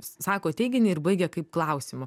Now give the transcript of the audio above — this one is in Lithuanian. sako teiginį ir baigia kaip klausimą